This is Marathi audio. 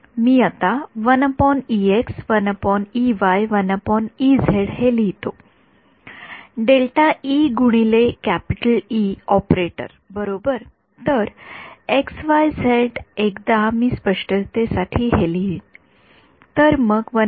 मी आता हे लिहितो ऑपरेटर बरोबर तर एकदा मी स्पष्टतेसाठी हे लिहीन